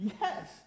Yes